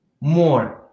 more